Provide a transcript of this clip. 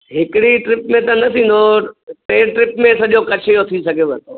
हिकिड़ी ट्रिप में त न थींदो टे ट्रिप में सॼो कच्छ जो थी सघेव थो